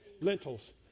lentils